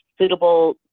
suitable